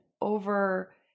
over